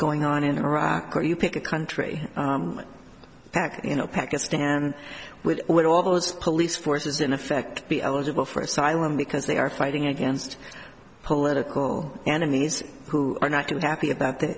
going on in iraq or do you pick a country packed you know pakistan with with all those police forces in effect be eligible for asylum because they are fighting against political enemies who are not too happy about that